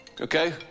okay